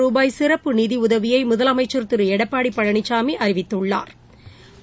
ரூபாய் சிற்ப்பு நிதிஉதவியைமுதலமைச்சா் திருஎடப்பாடிபழனிசாமிஅறிவித்துள்ளாா்